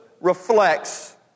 reflects